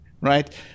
Right